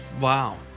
wow